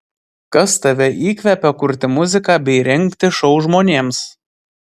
kas tave įkvepia kurti muziką bei rengti šou žmonėms